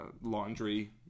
Laundry